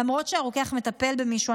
למרות שהרוקח מטפל במישהו,